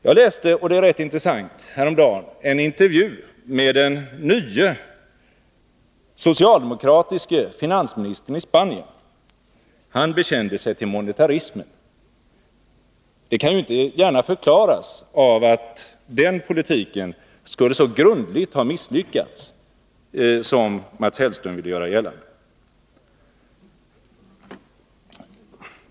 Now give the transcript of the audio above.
Jag läste något ganska intressant häromdagen, nämligen en intervju med den nye socialdemokratiske finansministern i Spanien. Han bekände sig till monetarismen. Det kan inte gärna förklaras av att den politiken skulle så grundligt ha misslyckats som Mats Hellström vill göra gällande.